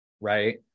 Right